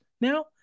now